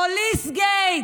פוליסגייט.